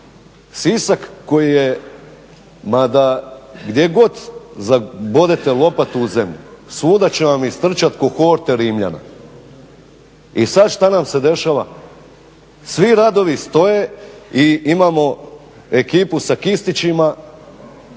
Sisak koji je mada gdje god zabodete lopatu u zemlju svuda će vam istrčati kohorte Rimljana i sad šta nam se dešava? Svi radovi stoje i imamo ekipu sa kistićima